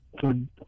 good